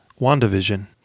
WandaVision